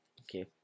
Okay